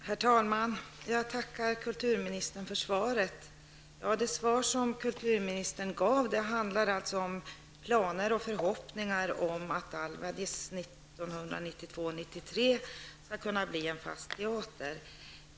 Herr talman! Jag tackar för det svar som utbildningsministern gav på min fråga. I svaret redovisades planer och förhoppningar om att Dalvadis 1992--1993 skall kunna bli en fast teater.